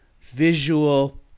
visual